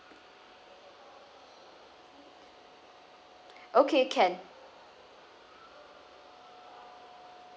okay can